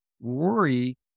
worry